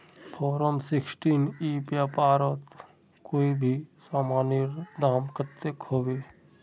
Form sixteen ई व्यापारोत कोई भी सामानेर दाम कतेक होबे?